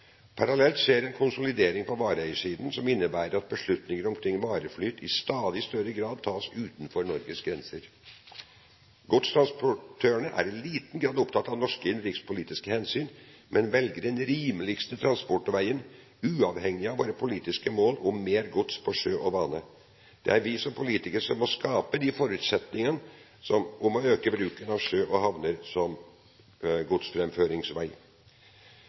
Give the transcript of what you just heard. Parallelt skjer en konsolidering på vareeiersiden som innebærer at beslutninger omkring vareflyt i stadig større grad tas utenfor Norges grenser. Godstransportørene er i liten grad opptatt av norske innenrikspolitiske hensyn, men velger den rimeligste transportveien, uavhengig av våre politiske mål om mer gods på sjø og bane. Det er vi som politikere som må skape de forutsetningene som øker bruken av sjø og havner som